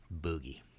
boogie